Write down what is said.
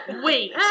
Wait